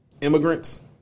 immigrants